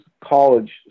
college